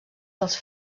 dels